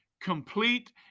complete